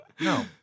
No